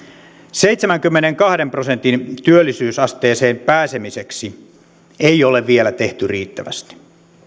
seitsemänkymmenenkahden prosentin työllisyysasteeseen pääsemiseksi ei ole vielä tehty riittävästi